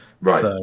right